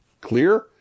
Clear